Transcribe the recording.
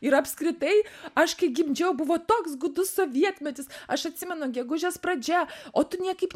ir apskritai aš kai gimdžiau buvo toks gūdus sovietmetis aš atsimenu gegužės pradžia o tu niekaip